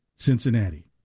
Cincinnati